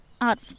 art